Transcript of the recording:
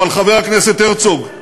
אבל, חבר הכנסת הרצוג,